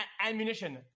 ammunition